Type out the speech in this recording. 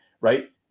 right